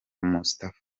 moustapha